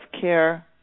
care